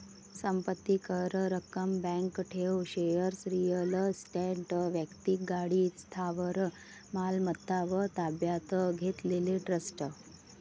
संपत्ती कर, रक्कम, बँक ठेव, शेअर्स, रिअल इस्टेट, वैक्तिक गाडी, स्थावर मालमत्ता व ताब्यात घेतलेले ट्रस्ट